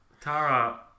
Tara